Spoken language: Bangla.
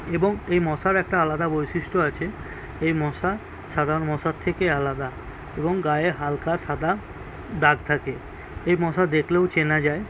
এবং এই মশার একটা আলাদা বৈশিষ্ট্য আছে এই মশা সাধারণ মশার থেকে আলাদা এবং গায়ে হালকা সাদা দাগ থাকে এই মশা দেখলেও চেনা যায়